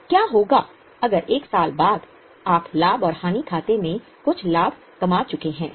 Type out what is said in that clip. तो क्या होगा अगर 1 साल बाद आप लाभ और हानि खाते में कुछ लाभ कमा चुके हैं